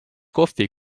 kohvi